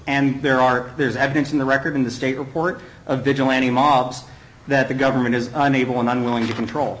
and there are there's evidence in the record in the state report of vigilante mobs that the government is unable and unwilling to control